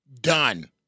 done